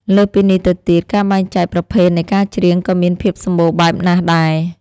លើសពីនេះទៅទៀត ការបែងចែកប្រភេទនៃការច្រៀងក៏មានភាពសម្បូរបែបណាស់ដែរ។